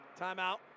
Timeout